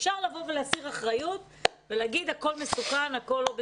אפשר לבוא ולהסיר אחריות ולומר שהכול מסוכן והכול לא בסדר,